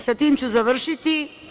Sa tim ću završiti.